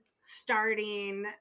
starting